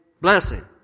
blessing